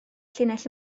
llinell